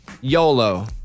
YOLO